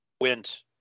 went